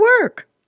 work